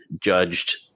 judged